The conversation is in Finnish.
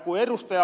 ku ed